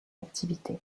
activité